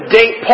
date